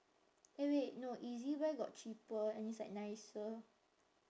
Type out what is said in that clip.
eh wait no ezbuy got cheaper and it's like nicer